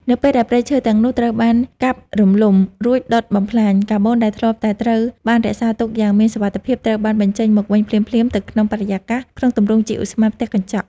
នៅពេលដែលព្រៃឈើទាំងនោះត្រូវបានកាប់រំលំ រួចដុតបំផ្លាញ កាបូនដែលធ្លាប់តែត្រូវបានរក្សាទុកយ៉ាងមានសុវត្ថិភាព ត្រូវបានបញ្ចេញមកវិញភ្លាមៗទៅក្នុងបរិយាកាសក្នុងទម្រង់ជាឧស្ម័នផ្ទះកញ្ចក់។